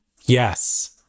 Yes